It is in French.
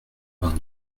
vingt